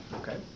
Okay